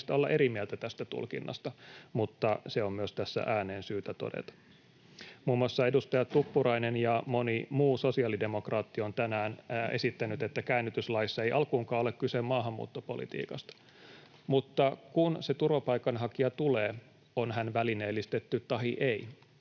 olla eri mieltä tästä tulkinnasta, mutta se on myös tässä ääneen syytä todeta. Muun muassa edustaja Tuppurainen ja moni muu sosiaalidemokraatti on tänään esittänyt, että käännytyslaissa ei alkuunkaan ole kyse maahanmuuttopolitiikasta. Mutta kun se turvapaikanhakija tulee, on hän välineellistetty tahi ei,